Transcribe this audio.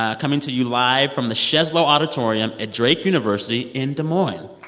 ah coming to you live from the sheslow auditorium at drake university in des moines